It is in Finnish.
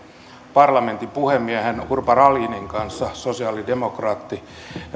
parlamentin puhemiehen urban ahlinin kanssa sosialidemokraatti